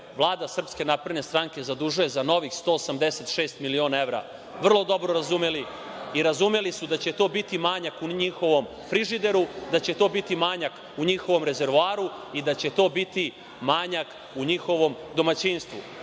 Vlada Srpske napredne stranke zadužuje za novih 186 miliona evra vrlo dobro razumeli i razumeli su da će to biti manjak u njihovom frižideru, da će to biti manjak u njihovom rezervoaru i da će to biti manjak u njihovom domaćinstvu. Jedno